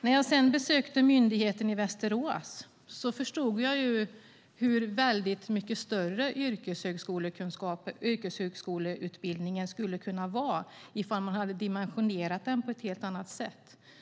När jag sedan besökte Myndigheten för yrkeshögskolan i Västerås förstod jag hur väldigt mycket större yrkeshögskoleutbildningen skulle kunna vara om den dimensionerades på ett annat sätt.